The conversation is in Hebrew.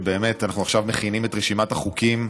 שבאמת עכשיו אנחנו מכינים את רשימת החוקים.